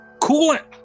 coolant